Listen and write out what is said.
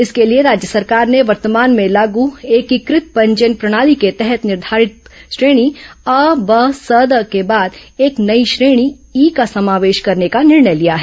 इसके लिए राज्य सरकार ने वर्तमान में लागू एकीकृत पंजीयन प्रणाली के तहत निर्धारित श्रेणी अ ब स द के बाद एक नया श्रेणी ई का समावेश करने का निर्णय लिया है